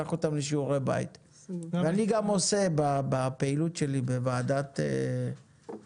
נשלח אותם לשיעורי בית ואני גם עושה בפעילות שלי בוועדת כלכלה,